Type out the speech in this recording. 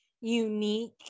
Unique